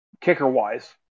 kicker-wise